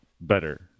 better